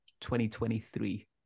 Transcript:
2023